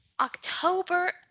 October